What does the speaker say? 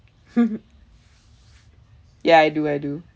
ya I do I do